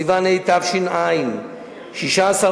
בסיוון התש"ע,